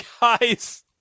guys